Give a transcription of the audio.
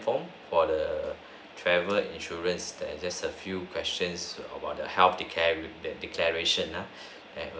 form for the travel insurance that just a few questions about the health declara~ declaration err and err